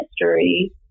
mystery